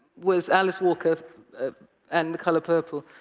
was alice walker and the color purple,